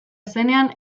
zenean